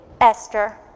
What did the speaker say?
Esther